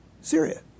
Syria